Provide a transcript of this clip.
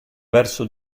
verso